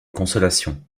consolation